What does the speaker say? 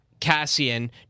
Cassian